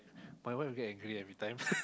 my wife will get angry everytime